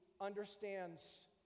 understands